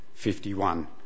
51